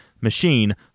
Machine